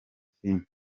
filime